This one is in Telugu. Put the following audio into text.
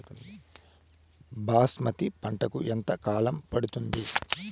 బాస్మతి పంటకు ఎంత కాలం పడుతుంది?